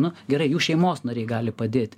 nu gerai jų šeimos nariai gali padėti